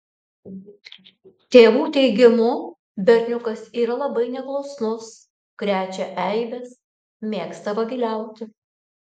tėvų teigimu berniukas yra labai neklusnus krečia eibes mėgsta vagiliauti